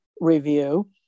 review